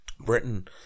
Britain